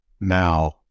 now